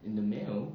and the male